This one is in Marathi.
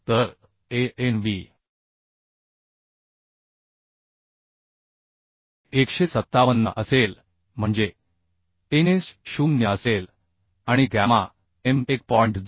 तर Anb 157 असेल म्हणजे Ns 0 असेल आणि गॅमा m 1